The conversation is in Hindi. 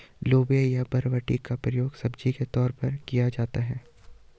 लोबिया या बरबटी का प्रयोग सब्जी के तौर पर किया जाता है